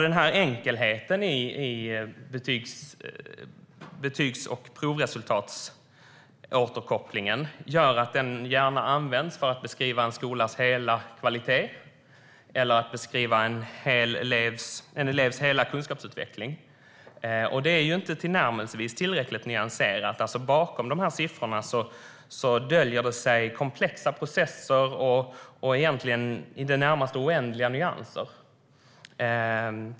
Denna enkelhet i betygs och provresultatsåterkopplingen gör att den gärna används för att beskriva en skolas hela kvalitet eller att beskriva en elevs hela kunskapsutveckling. Det är inte tillnärmelsevis tillräckligt nyanserat. Bakom dessa siffror döljer sig komplexa processer och i det närmaste oändliga nyanser.